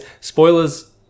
Spoilers